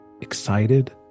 excited